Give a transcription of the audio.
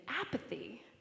apathy